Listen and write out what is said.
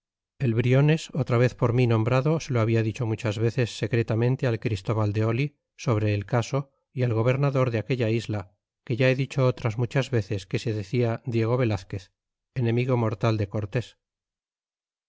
el briones otra vez por mi nombrado se lo habla dicho muchas veces secretamente al christóbal de oli sobre el caso é al gobernador de aquella isla que ya he dicho otras muchas veces que se decia diego velazquez enemigo mortal de cortés